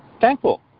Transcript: thankful